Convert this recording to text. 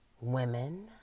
women